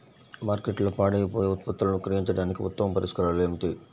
మార్కెట్లో పాడైపోయే ఉత్పత్తులను విక్రయించడానికి ఉత్తమ పరిష్కారాలు ఏమిటి?